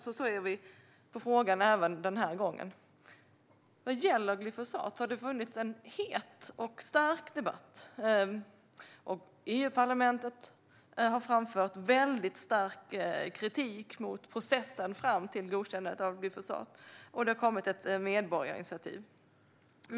Så ser vi på frågan även denna gång. När det gäller glyfosat har det varit en het och stark debatt. EU-parlamentet har framfört mycket stark kritik mot processen fram till godkännandet av glyfosat, och det har kommit ett medborgarinitiativ.